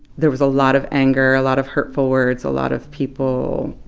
there was a lot of anger, a lot of hurtful words, a lot of people